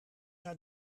naar